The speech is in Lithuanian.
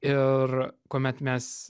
ir kuomet mes